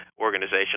organization